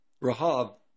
Rahab